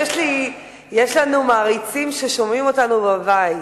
יש לנו מעריצים ששומעים אותנו בבית,